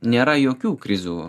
nėra jokių krizių